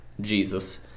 Jesus